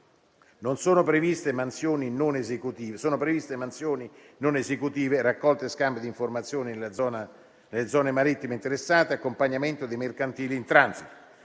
Sono previste mansioni non esecutive, raccolte e scambio di informazioni nelle zone marittime interessate, accompagnamento dei mercantili in transito.